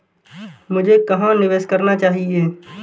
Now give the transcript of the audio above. मुझे कहां निवेश करना चाहिए?